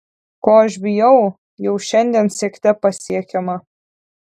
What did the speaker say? ko aš bijau jau šiandien siekte pasiekiama